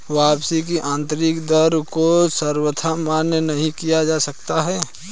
वापसी की आन्तरिक दर को सर्वथा मान्य नहीं किया जा सकता है